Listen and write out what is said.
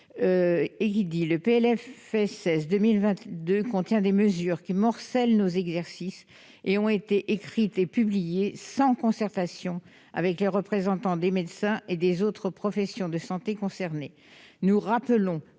déclare :« Le PLFSS pour 2022 contient des mesures qui morcellent nos exercices et ont été écrites et publiées sans concertation avec les représentants des médecins et des autres professions de santé concernées. [